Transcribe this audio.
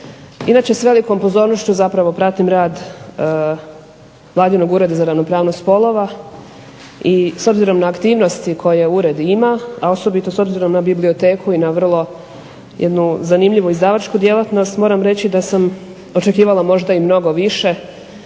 Inače s velikom pozornošću zapravo pratim rad vladinog Ureda za ravnopravnost spolova i s obzirom na aktivnosti koje ured ima, a osobito s obzirom na biblioteku i na jednu zanimljivu izdavačku djelatnost moram reći da sam očekivala možda i mnogo više